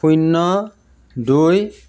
শূন্য দুই